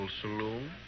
saloon